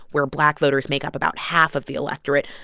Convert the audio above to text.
where black voters make up about half of the electorate,